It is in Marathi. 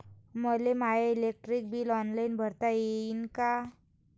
मले माय इलेक्ट्रिक बिल ऑनलाईन भरता येईन का?